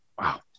Wow